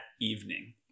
evening